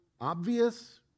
obvious